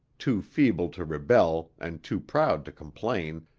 too feeble to rebel and too proud to complain,